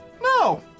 No